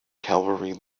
cavalry